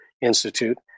Institute